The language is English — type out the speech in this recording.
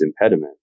impediment